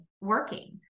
working